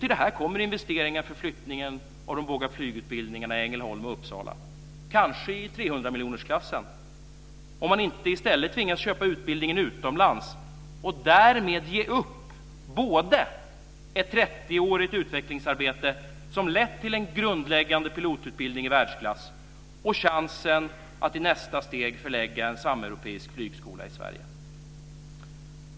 Till det här kommer investeringar för flyttningen av de båda flygutbildningarna i Ängelholm och Uppsala, kanske i 300-miljonersklassen, om man inte i stället tvingas köpa utbildningen utomlands och därmed ger upp både ett 30-årigt utvecklingsarbete som lett till en grundläggande pilotutbildning i världsklass och chansen att i nästa steg förlägga en sameuropeisk flygskola i Sverige.